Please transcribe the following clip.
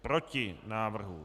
Proti návrhu.